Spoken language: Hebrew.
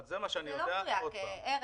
ארז,